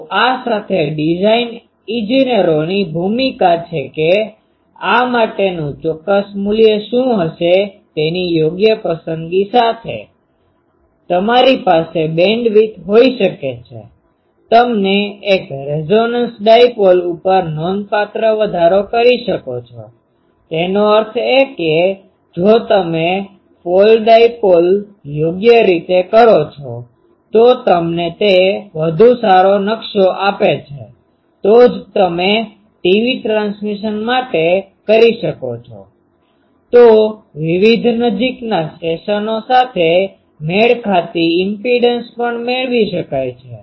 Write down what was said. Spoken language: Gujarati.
તો આ સાથે ડિઝાઇન ઇજનેરોની ભૂમિકા છે કે આ માટેનું ચોક્કસ મૂલ્ય શું હશે તેની યોગ્ય પસંદગી સાથે તમારી પાસે બેન્ડવિડ્થ હોઈ શકે છે તમને એક રેઝોનન્સ ડાઈપોલ ઉપર નોંધપાત્ર વધારો કરી શકો છો તેનો અર્થ એ કે જો તમે ફોલ્ડ ડાઈપોલ યોગ્ય રીતે કરો છો તો તમને તે વધુ સારો નકશો આપે છે તો જ તમે ટીવી ટ્રાન્સમિશન માટે કરી શકો છો તો વિવિધ નજીકના સ્ટેશનો સાથે મેળ ખાતી ઈમ્પીડંસ પણ મેળવી શકાય છે